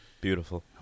Beautiful